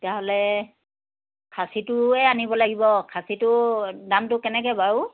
তেতিয়াহ'লে খাচীটোৱে আনিব লাগিব খাচীটো দামটো কেনেকৈ বাৰু